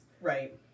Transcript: Right